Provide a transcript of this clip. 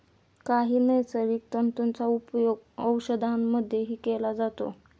काही नैसर्गिक तंतूंचा उपयोग औषधांमध्येही केला जातो